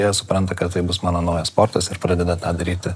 jie supranta kad tai bus mano naujas sportas ir pradeda tą daryti